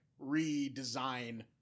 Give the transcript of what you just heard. redesign